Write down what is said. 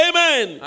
Amen